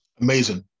Amazing